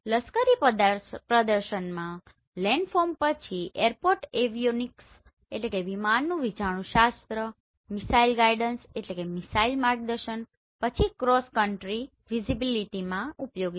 લશ્કરી પ્રદર્શનમાં લેન્ડફોર્મ પછી એરપોર્ટ એવિઓનિક્સ airport avionics વિમાનનું વિજાણુંશાસ્ત્ર missile guidance missile guidance missile માર્ગદર્શન પછી ક્રોસ કન્ટ્રી વિઝીબીલીટીમાં ઉપયોગી છે